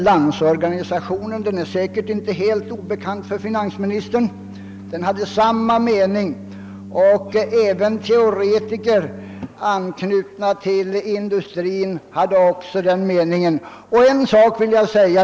Landsorganisationen, som säkerligen inte är helt obekant för finansministern, hade samma mening liksom även ekonomiska teoretiker anknutna till industrin.